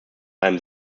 einem